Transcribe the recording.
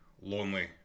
lonely